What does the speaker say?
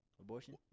Abortion